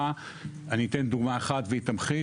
אני אתן דוגמא אחת והיא תמחיש,